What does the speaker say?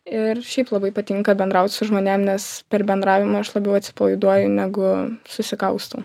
ir šiaip labai patinka bendraut su žmonėm nes per bendravimą aš labiau atsipalaiduoju negu susikaustau